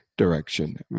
Direction